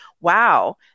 wow